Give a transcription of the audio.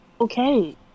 Okay